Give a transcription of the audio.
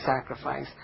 sacrifice